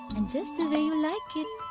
and just the way you like it!